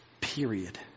Period